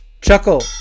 Chuckle